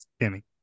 Jimmy